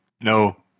No